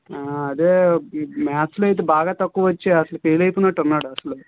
అదే మాథ్స్ లో అయితే బాగా తక్కువ వచ్చాయి అసలు ఫెయిల్ అయిపోయినట్టు ఉన్నాడు అసలు